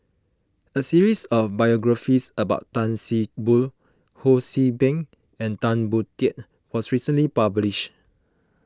a series of biographies about Tan See Boo Ho See Beng and Tan Boon Teik was recently published